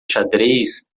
xadrez